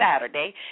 Saturday